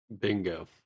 Bingo